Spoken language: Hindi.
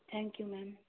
thank you ma'am